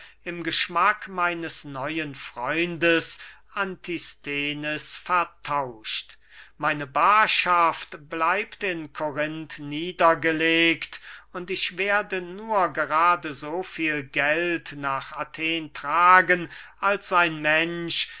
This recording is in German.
im geschmack meines neuen freundes antisthenes vertauscht meine baarschaft bleibt in korinth niedergelegt und ich werde nur gerade so viel geld nach athen tragen als ein mensch